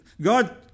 God